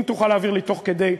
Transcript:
אם תוכל להעביר לי תוך כדי,